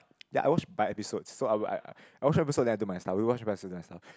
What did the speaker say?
ya I watch by episode so I would I I I watch one episode then I do my stuff we watch one episode then I do my stuff